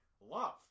love